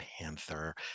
panther